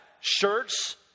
shirts